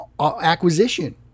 acquisition